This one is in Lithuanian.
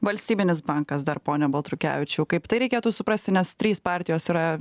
valstybinis bankas dar pone baltrukevičiau kaip tai reikėtų suprasti nes trys partijos yra